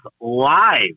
live